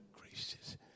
gracious